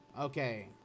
Okay